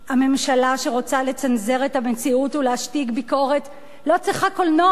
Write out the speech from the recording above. ממשלה שרוצה לצנזר את המציאות ולהשתיק ביקורת לא צריכה קולנוע,